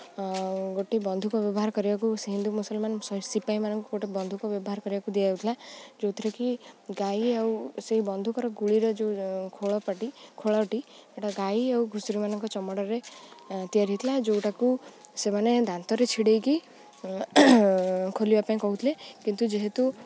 ଗୋଟେ ବନ୍ଧୁକ ବ୍ୟବହାର କରିବାକୁ ସେ ହିନ୍ଦୁ ମୁସଲମାନ ସିପାହୀମାନଙ୍କୁ ଗୋଟେ ବନ୍ଧୁକ ବ୍ୟବହାର କରିବାକୁ ଦିଆଯାଉଥିଲା ଯେଉଁଥିରେକିି ଗାଈ ଆଉ ସେହି ବନ୍ଧୁକର ଗୁଳିର ଯେଉଁ ଖୋଳପଟି ଖୋଳଟି ସେଇଟା ଗାଈ ଆଉ ଘୁଷୁରୀମାନଙ୍କର ଚମଡ଼ରେ ତିଆରି ହୋଇଥିଲା ଯେଉଁଟାକୁ ସେମାନେ ଦାନ୍ତରେ ଛିଣ୍ଡାଇକି ଖୋଲିବା ପାଇଁ କହୁଥିଲେ କିନ୍ତୁ ଯେହେତୁ